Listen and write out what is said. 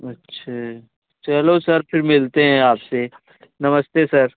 अच्छा चलो सर फिर मिलते हैं आपसे नमस्ते सर